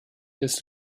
des